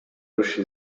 irusha